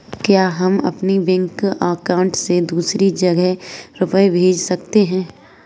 क्या हम अपने बैंक अकाउंट से दूसरी जगह रुपये भेज सकते हैं?